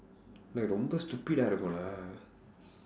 like ரொம்ப:rompa stupidaa இருக்கும்:irukkum lah